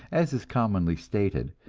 as is commonly stated,